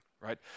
right